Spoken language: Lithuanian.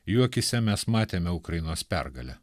jų akyse mes matėme ukrainos pergalę